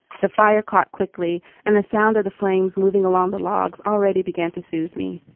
the fire caught quickly, and the sound of the flames moving along. the logs already began to soothe me.